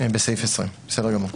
בסעיף 20, בסדר גמור.